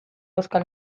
euskal